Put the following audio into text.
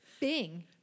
Bing